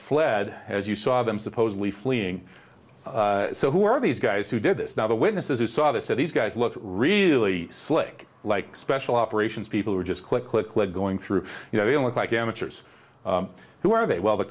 fled as you saw them supposedly fleeing so who are these guys who did this now the witnesses who saw this that these guys look really slick like special operations people who are just click click click going through you know they look like amateurs who are they well the